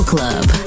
Club